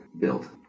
build